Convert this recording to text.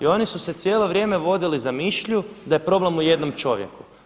I oni su se cijelo vrijeme vodili za mišlju da je problem u jednom čovjeku.